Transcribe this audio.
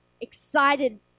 excited